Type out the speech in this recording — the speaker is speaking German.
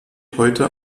heute